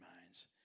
minds